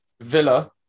Villa